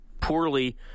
poorly